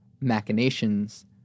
machinations